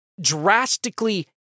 drastically